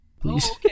please